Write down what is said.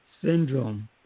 syndrome